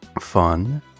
Fun